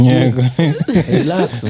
Relax